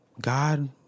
God